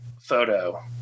photo